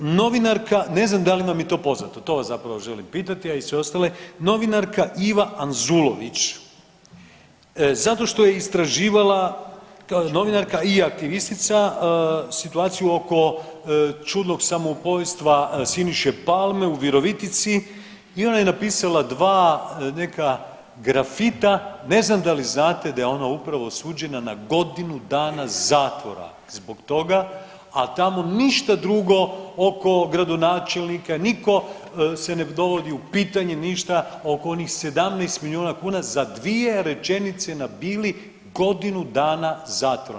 Novinarka, ne znam da li vam je to poznato, to vas zapravo želim pitati, a i sve ostale, novinarka Iva Anzulović, zato što je istraživala, novinarka i aktivistica, situaciju oko čudnog samoubojstva Siniše Palme u Virovitici, i ona je napisala dva neka grafita, ne znam da li znate da je ona upravo osuđena na godinu dana zatvora zbog toga, a tamo ništa drugo oko gradonačelnika, nitko se ne dovodi u pitanje, ništa, oko onih 17 milijuna kuna, za dvije rečenice na Bili, godinu dana zatvora.